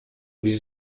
бир